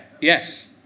yes